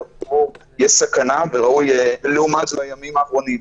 --- יש סכנה --- הימים האחרונים.